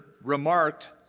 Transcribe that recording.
remarked